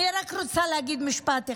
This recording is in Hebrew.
אני רק רוצה להגיד משפט אחד,